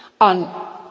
on